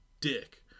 dick